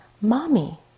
Mommy